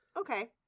Okay